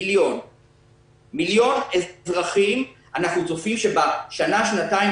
מיליון אזרחים אנחנו צופים שבשנה שנתיים